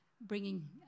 bringing